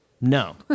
No